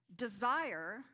desire